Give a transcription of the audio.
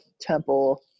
temple